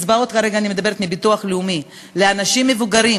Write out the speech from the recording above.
כרגע אני מדברת על קצבאות מהביטוח הלאומי לאנשים מבוגרים,